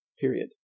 Period